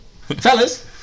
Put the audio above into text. Fellas